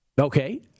Okay